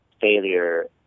failure